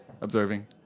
observing